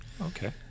okay